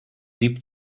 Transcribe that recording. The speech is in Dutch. diep